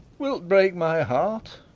wilt break my heart?